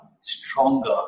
stronger